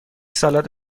سالاد